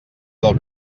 del